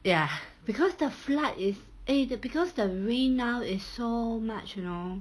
ya because the flood is eh the because the rain now is so much you know